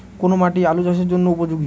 কোন মাটি আলু চাষের জন্যে উপযোগী?